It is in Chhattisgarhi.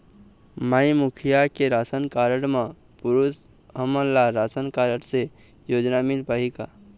माई मुखिया के राशन कारड म पुरुष हमन ला राशन कारड से योजना मिल पाही का?